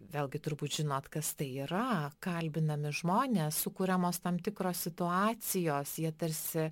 vėlgi turbūt žinot kas tai yra kalbinami žmonės sukuriamos tam tikros situacijos jie tarsi